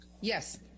yes